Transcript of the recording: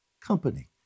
company